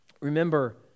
Remember